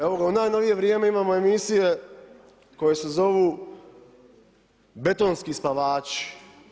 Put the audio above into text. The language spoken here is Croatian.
Evo ga u najnovije vrijeme imamo emisije koje se zovu betonski spavači.